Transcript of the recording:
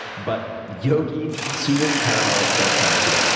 but yogi, soothing caramel bedtime tea.